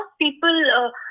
people